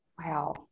Wow